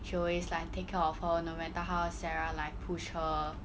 she always like take care of her no matter how sarah like push her